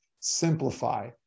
simplify